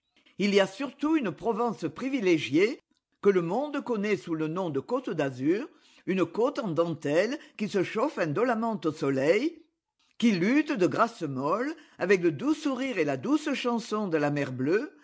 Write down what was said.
il y a surtout une provence privilégiée que le monde connaît sous le nom de côte d'azur une côte en dentelles qui se chauffe indolemment au soleil qui lutte de grâce molle avec le doux sourire et la douce chanson de la mer bleue